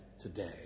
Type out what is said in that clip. today